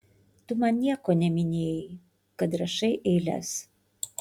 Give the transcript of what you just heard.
tu man nieko neminėjai kad rašai eiles